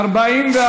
לסעיף 1 לא נתקבלה.